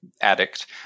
addict